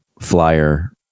flyer